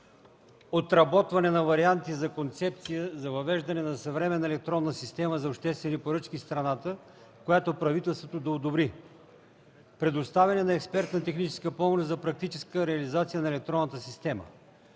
изработване на варианти за концепция за въвеждане на съвременна електронна система за обществени поръчки в страната, която правителството да одобри; - предоставяне на експертна техническа помощ за практическата реализация на електронната система.